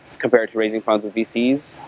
compared to raising funds with dcs.